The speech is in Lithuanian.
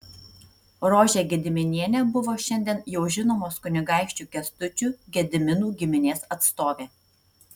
rožė gediminienė buvo šiandien jau žinomos kunigaikščių kęstučių gediminų giminės atstovė